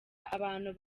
abantu